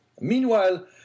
Meanwhile